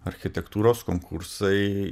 architektūros konkursai